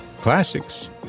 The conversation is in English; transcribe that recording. classics